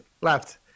Left